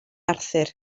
arthur